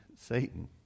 Satan